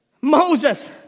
Moses